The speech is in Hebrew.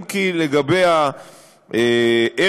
אם כי לגבי הערך,